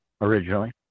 originally